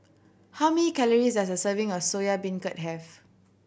how many calories does a serving of Soya Beancurd have